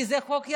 כי זה חוק-יסוד,